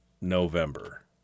November